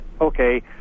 okay